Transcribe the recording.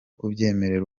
kubyemera